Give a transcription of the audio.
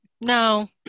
No